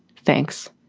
thanks.